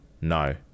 no